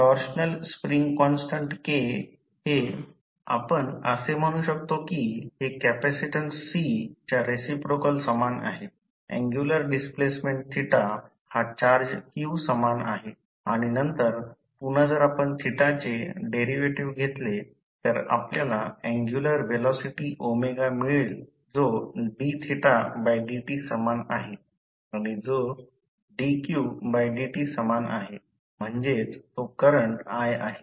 torsional spring constant K हे आपण असे म्हणू शकतो की हे कॅपेसिटन्स C च्या रेसिप्रोकल समान आहे अँग्युलर डिस्प्लेसमेंट हा चार्ज q समान आहे आणि नंतर पुन्हा जर आपण चे डेरीवेटीव्ह घेतले तर आपल्याला अँग्युलर व्हेलॉसिटी मिळेल जो dθdt समान आहे आणि जो dqdt समान आहे म्हणजेच तो करंट i आहे